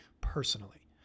personally